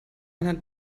einer